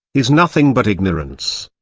is nothing but ignorance.